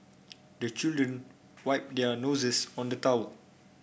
the children wipe their noses on the towel